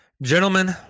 Gentlemen